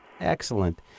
Excellent